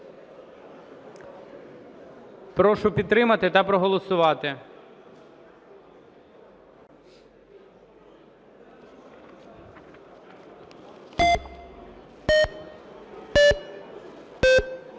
Прошу підтримати та проголосувати.